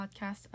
podcast